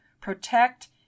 protect